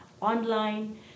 online